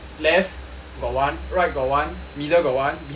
got one right got one middle got one behind me got one